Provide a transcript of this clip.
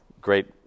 Great